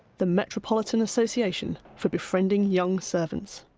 the metropolitan association for befriending young servants.